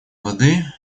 воды